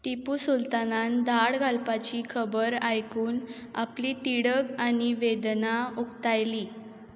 टिपू सुलतानान धाड घालपाची खबर आयकून आपली तिडक आनी वेदना उक्तायली